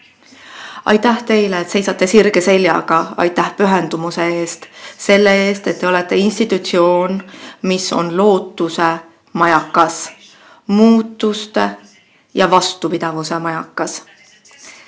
Aitäh teile, et seisate sirge seljaga! Aitäh pühendumuse eest ja selle eest, et te olete institutsioon, mis on lootuse majakas, muutuste ja vastupidavuse majakas!